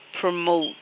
promote